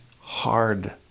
hard